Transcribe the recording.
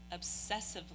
obsessively